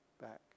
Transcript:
back